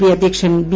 P അധ്യക്ഷൻ B